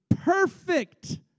perfect